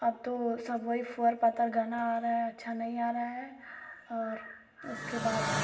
अब तो सब वही फूहड़ पातर गाना आ रहा है अच्छा नहीं आ रहा है और उसके बाद